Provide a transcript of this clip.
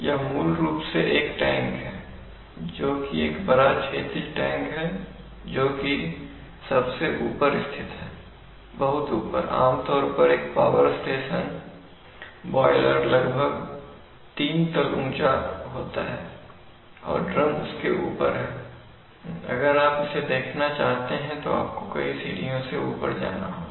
यह मूल रूप से एक टैंक है जो कि एक बड़ा क्षैतिज टैंक है जो कि सबसे ऊपर स्थित है बहुत ऊपर आमतौर पर एक पावर स्टेशन बॉयलर लगभग तीन तल ऊंचा होता है और ड्रम उसके ऊपर है अगर आप इसे देखना चाहते हैं तो आपको कई सीढ़ियों से ऊपर जाना होगा